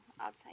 outside